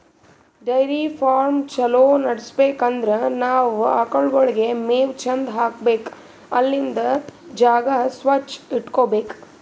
dairy farm ಛಲೋ ನಡ್ಸ್ಬೇಕ್ ಅಂದ್ರ ನಾವ್ ಆಕಳ್ಗೋಳಿಗ್ ಮೇವ್ ಚಂದ್ ಹಾಕ್ಬೇಕ್ ಅಲ್ಲಿಂದ್ ಜಾಗ ಸ್ವಚ್ಚ್ ಇಟಗೋಬೇಕ್